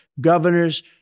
governors